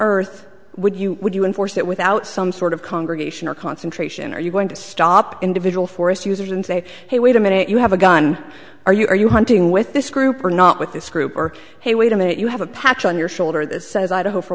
earth would you would you enforce that without some sort of congregation or concentration are you going to stop individual forest users and say hey wait a minute you have a gun are you are you hunting with this group or not with this group or hey wait a minute you have a patch on your shoulder that says idaho for